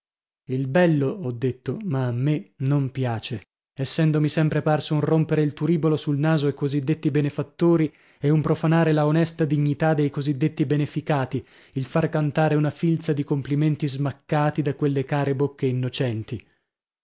il bello ho detto ma a me non piace essendomi sempre parso un rompere il turibolo sul naso ai così detti benefattori e un profanare la onesta dignità dei così detti beneficati il far cantare una filza di complimenti smaccati da quelle care bocche innocenti